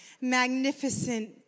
magnificent